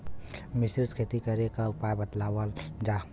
मिश्रित खेती करे क उपाय बतावल जा?